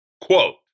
Quote